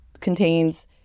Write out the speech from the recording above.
contains